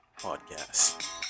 Podcast